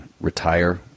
retire